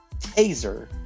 Taser